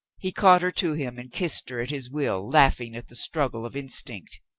he caught her to him and kissed her at his will, laughing at the struggle of instinct.